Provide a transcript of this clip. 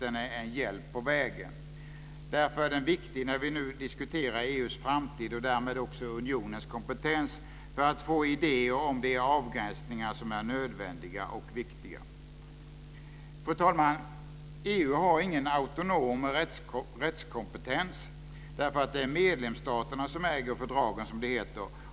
Den är en hjälp på vägen. Därför är den viktig när vi nu diskuterar EU:s framtid och därmed också unionens kompetens för att få idéer om de avgränsningar som är nödvändiga och viktiga. Fru talman! EU har ingen egen autonom rättskompetens, därför att det är medlemsstaterna som äger fördragen, som det heter.